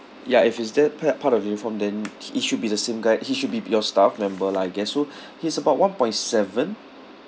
ya if it's that part part of uniform then he it should be the same guy he should be your staff member lah I guess so he's about one point seven